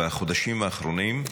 בחודשים האחרונים,